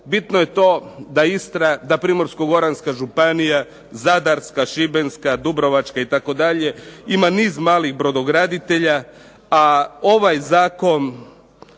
bitno je to da Istra, da Primorsko-goranska županija, Zadarska, Šibenska, Dubrovačka itd., ima niz malih brodograditelja a ovaj Zakon